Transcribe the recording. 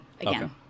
again